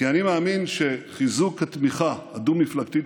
כי אני מאמין שחיזוק התמיכה הדו-מפלגתית